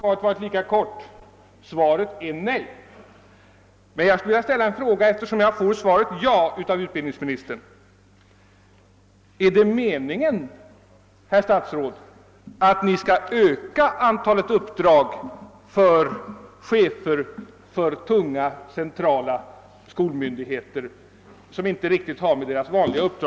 Jag skulle ha sagt: »Svaret är nej.» Men eftersom utbildningsministern ger mig svaret ja, vill jag ställa ytterligare en fråga till honom: Är det meningen, herr statsråd, att Ni skall öka antalet uppdrag för chefer för tunga, centrala skolmyndigheter?